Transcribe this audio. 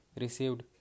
received